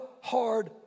hard